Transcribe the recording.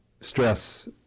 stress